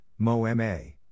MoMA